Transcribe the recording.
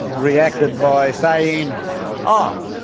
reacted by saying oh,